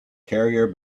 carrier